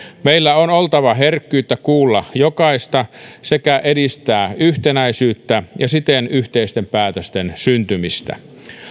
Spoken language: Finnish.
meillä on oltava herkkyyttä kuulla jokaista sekä edistää yhtenäisyyttä ja siten yhteisten päätösten syntymistä